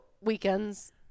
weekends